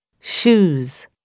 shoes